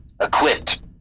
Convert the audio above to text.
equipped